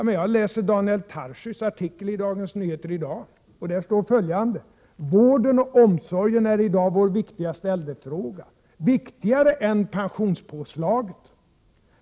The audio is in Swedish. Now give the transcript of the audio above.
Men i Daniel Tarschys artikel i dagens nummer av Dagens Nyheter står ju följande: ”Vården och omsorgen är i dag vår viktigaste äldrefråga. Viktigare än pensionspåslaget.